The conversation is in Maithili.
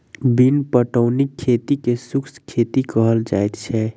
बिन पटौनीक खेती के शुष्क खेती कहल जाइत छै